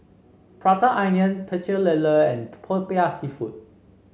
Prata Onion Pecel Lele and popiah seafood